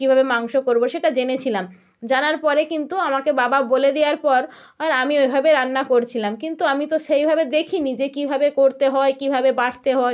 কীভাবে মাংস করব সেটা জেনেছিলাম জানার পরে কিন্তু আমাকে বাবা বলে দেওয়ার পর আমি ওইভাবে রান্না করছিলাম কিন্তু আমি তো সেইভাবে দেখিনি যে কীভাবে করতে হয় কীভাবে বাটতে হয়